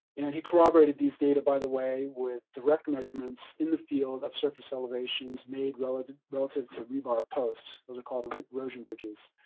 and he corroborated these data by the way with direct measurements in the field of surface elevations made relative relative to re-bar posts. those are called erosion bridges.